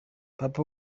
papa